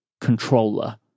controller